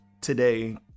today